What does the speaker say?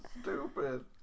stupid